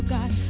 God